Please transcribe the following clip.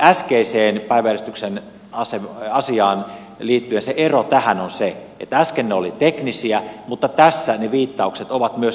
äskeiseen päiväjärjestyksen asiaan liittyen se ero tähän on se että äsken ne olivat teknisiä mutta tässä ne viittaukset ovat myöskin sisällöllisiä